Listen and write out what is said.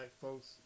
folks